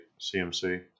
CMC